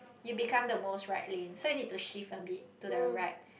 you become the most right lane so you need to shift a bit to the right